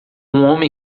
homem